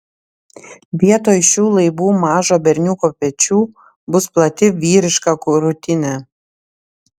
vietoj šių laibų mažo berniuko pečių bus plati vyriška krūtinė